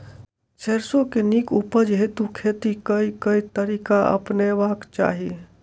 सैरसो केँ नीक उपज हेतु खेती केँ केँ तरीका अपनेबाक चाहि?